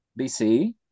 BC